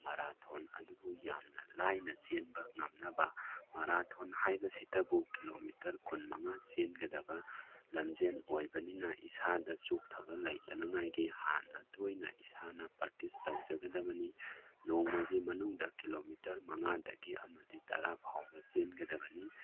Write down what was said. marathon ꯑꯗꯨꯕꯨ ꯌꯥꯝꯅ ꯂꯥꯏꯅ ꯆꯦꯟꯕ ꯉꯝꯅꯕ ꯃꯔꯥꯊꯣꯟ ꯍꯥꯏꯕꯁꯤꯗꯕꯨ ꯀꯤꯂꯣꯃꯤꯇꯔ ꯀꯨꯟ ꯃꯉꯥ ꯆꯦꯟꯒꯗꯕ ꯂꯝꯖꯦꯜ ꯑꯣꯏꯕꯅꯤꯅ ꯏꯁꯥꯗ ꯆꯣꯛꯊꯕ ꯂꯩꯇꯅꯉꯥꯏꯒꯤ ꯍꯥꯟꯅ ꯇꯣꯏꯅ ꯏꯁꯥꯅ ꯄ꯭ꯔꯥꯛꯇꯤꯁ ꯇꯧꯖꯒꯗꯕꯅꯤ ꯅꯣꯡꯃꯒꯤ ꯃꯅꯨꯡꯗ ꯀꯤꯂꯣꯃꯤꯇꯔ ꯃꯉꯥꯗꯤ ꯑꯃꯗꯤ ꯇꯔꯥ ꯐꯥꯎꯕ ꯆꯦꯟꯒꯗꯕꯅꯤ